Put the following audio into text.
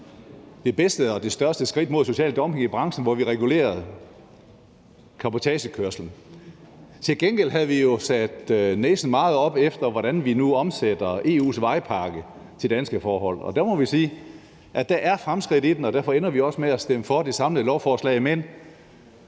det bedste og det største skridt mod social dumping i branchen jo var, at vi regulerede cabotagekørsel. Til gengæld havde vi jo sat næsen meget op efter, at EU's vejpakke blev omsat til danske forhold, og der må vi sige, at der er fremskridt i den, og derfor ender vi også med at stemme for det samlede lovforslag,